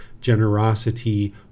generosity